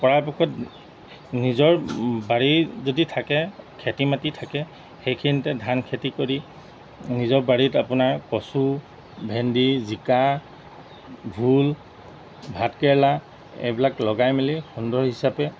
পৰাপক্ষত নিজৰ বাৰী যদি থাকে খেতি মাটি থাকে সেইখিনিতে ধান খেতি কৰি নিজৰ বাৰীত আপোনাৰ কচু ভেন্দি জিকা ভোল ভাতকেৰেলা এইবিলাক লগাই মেলি সুন্দৰ হিচাপে